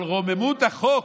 אבל רוממות החוק,